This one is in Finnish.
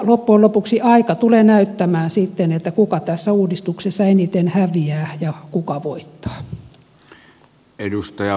loppujen lopuksi aika tulee näyttämään sitten kuka tässä uudistuksessa eniten häviää ja kuka voittaa